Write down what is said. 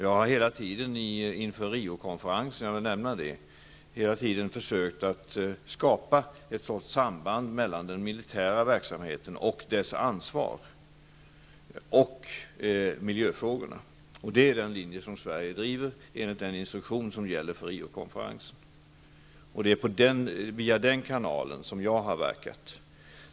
Jag har hela tiden inför Riokonferensen, jag vill nämna det, försökt att skapa ett sådant samband mellan den militära verksamheten och dess ansvar och miljöfrågorna. Det är den linje som Sverige driver enligt den instruktion som gäller för Riokonferensen. Det är via den kanalen som jag har verkat.